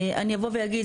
אני אבוא ואגיד,